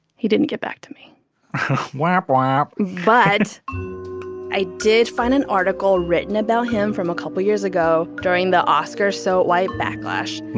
he didn't get back to me womp-womp but i did find an article written about him from a couple of years ago during the oscarssowhite backlash.